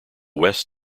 west